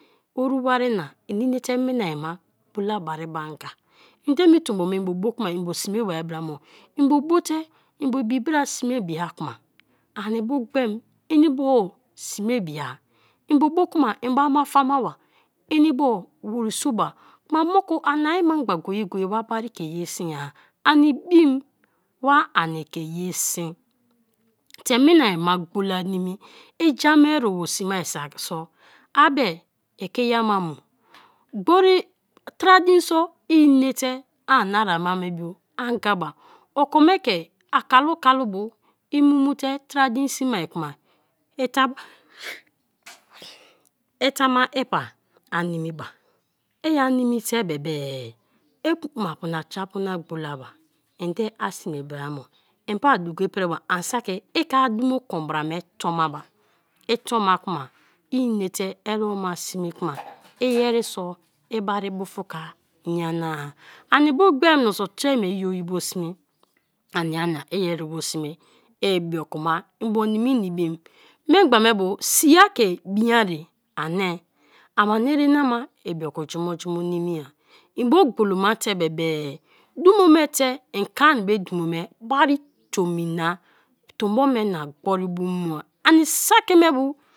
Oru wari na inete mina-ma gbola bari be anga, ende me tombo me inbo no kuma mbo sme bai bara mo; mbo bo te mbo ibi bra sme bia kuma ani bu gbem mbo sme bia; mbo bo kuma mbo ama famaba; mbo woriso ba, kuma maku ani-memgba go-ye-go-ye wa bari ke ye siari, an ibim wa ani ke ye sin te mina-ma gbola nimi, i ja-ma erebo sme sak so; a be i ko ya ma mie; gbori tre dinso inete an na ara ma me bu angaba oki me ke akalu kalu bu i mu te tre din sme kma, i taama i taama i pa animiba, i a nimite bebe i ma-apu na tre bo na gbola ba inde a sme bra ma, en pa duko ipriba an saki ike a dumo kon bra me tomma ba i tonma kma inete erema sme kma iyeri so i bari bufaka nyana-a; ani bu gbem mioso tre me i yio sme ania nia i erebo sme i bioku ma mbo nimi a ibim. Mimgbe me bo sia ke biiaki ani ama na ere na ma ibioku jumo jumo nimi-a mbo gbolo te be be-e dumo te i kon be dumo me bari tomi na, tombo be na gboribu mua ani saki me bu.